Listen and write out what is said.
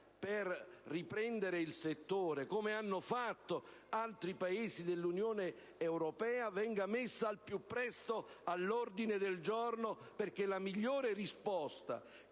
per rilanciare il settore, come hanno fatto altri Paesi dell'Unione europea, venga inserita al più presto all'ordine del giorno. Infatti, la migliore risposta